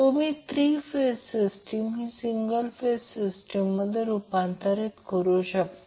तुम्ही three phase system ही single phase system मध्ये रूपांतर करू शकता